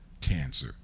cancer